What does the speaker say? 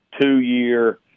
two-year